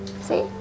see